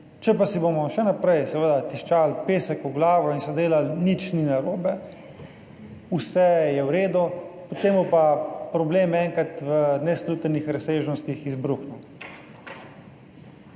Če pa si bomo še naprej seveda tiščali pesek v glavo in so delali, nič ni narobe, vse je v redu, potem bo pa problem enkrat v neslutenih razsežnostih izbruhnil.